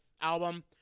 album